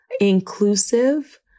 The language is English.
inclusive